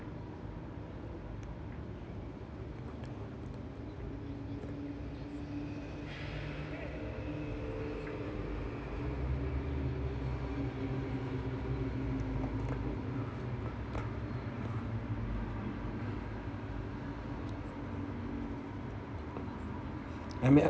I mean I